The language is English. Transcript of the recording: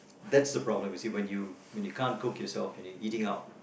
that's the problem you see when you when you can't cook yourself and you're eating out